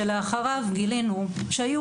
שלא טופלו.